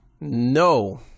No